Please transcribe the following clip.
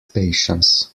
patients